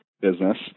business